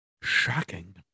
Shocking